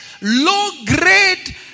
low-grade